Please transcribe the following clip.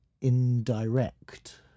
indirect